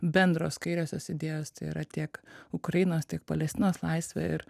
bendros kairiosios idėjos tai yra tiek ukrainos tiek palestinos laisvė ir